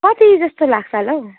कति जस्तो लाग्छ होला हौ